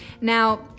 Now